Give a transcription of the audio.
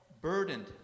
burdened